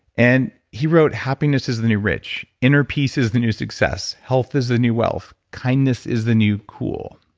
and he wrote happiness is the new rich. inner peace is the new success. health is the new wealth kindness is the new cool.